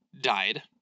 died